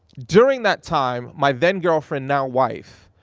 during that time, my then-girlfriend, now wife,